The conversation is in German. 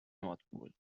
nordpol